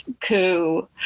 coup